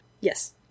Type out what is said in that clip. yes